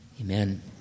Amen